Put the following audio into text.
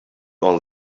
all